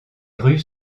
rues